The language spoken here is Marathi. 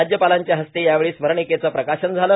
राज्यपालांच्या हस्ते यावेळी स्मरणिकेचं प्रकाशन झालं